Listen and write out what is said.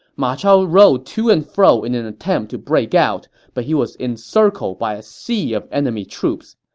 ma chao rode to and fro in an attempt to break out, but he was encircled by a sea of enemy troops.